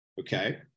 Okay